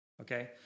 okay